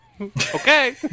Okay